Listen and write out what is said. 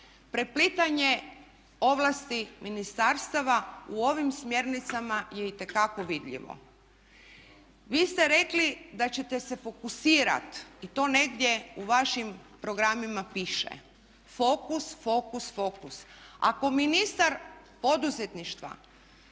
preplitanje ovlasti ministarstava u ovim smjernicama je itekako vidljivo. Vi ste rekli da ćete se fokusirati i to negdje u vašim programima piše, fokus, fokus, fokus. Ako ministar poduzetništva